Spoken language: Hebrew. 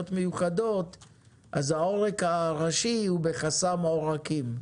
מיוחדות אז העורק הראשי נמצא בחסם העורקים.